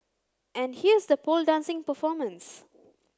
and here's the pole dancing performance